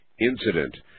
incident